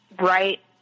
right